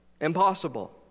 Impossible